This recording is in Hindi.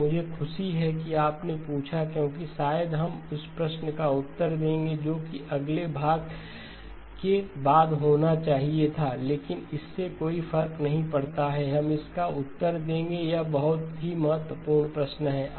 और मुझे खुशी है कि आपने पूछा क्योंकि शायद हम उस प्रश्न का उत्तर देंगे जो कि अगले भाग के बाद होना चाहिए था लेकिन इससे कोई फर्क नहीं पड़ता हम इसका उत्तर देंगे यह एक बहुत ही महत्वपूर्ण प्रश्न है